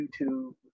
YouTube